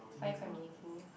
find it quite meaningful